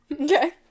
Okay